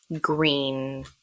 green